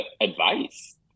advice